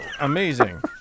amazing